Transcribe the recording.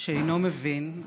שאינו מבין,